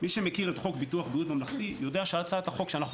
מי שמכיר את חוק ביטוח בריאות ממלכתי יודע שהצעת החוק שאנחנו